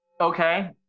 okay